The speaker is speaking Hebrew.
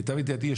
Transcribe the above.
למיטב ידיעתי,